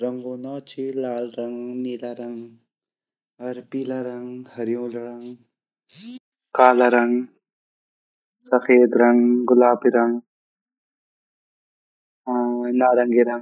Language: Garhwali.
रंगु नौ ची लाल रंग नीला रंग अर पीला रंग हरयु रंग काला रंग सफ़ीद रंग गुलाबी रंग अर नारंगी रंग।